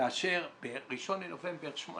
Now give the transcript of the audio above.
כאשר ב-1 בנובמבר 2018